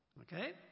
Okay